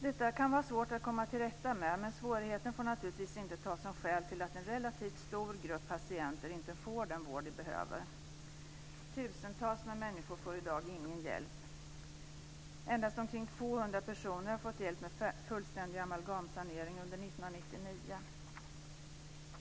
Detta kan vara svårt att komma till rätta med, men svårigheten får naturligtvis inte tas som skäl för att en relativt stor grupp patienter inte får den vård som de behöver. Tusentals människor får i dag ingen hjälp. Endast ca 200 personer har fått hjälp med fullständig amalgamsanering under 1999.